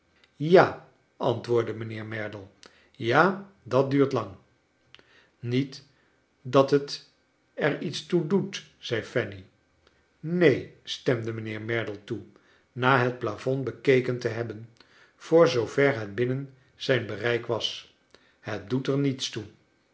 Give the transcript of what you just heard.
ja antwoordde mijnheer merdle ja dat duurt lang niet dat het er iets toe doet zei fanny neen stemde mijnheer merdle toe na het plafond bekeken te hebben voor zoover het binnen zijn bereik was bet doet er niets toe